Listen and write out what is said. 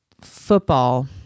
football